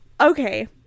Okay